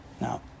Now